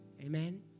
Amen